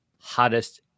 hottest